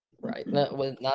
Right